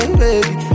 baby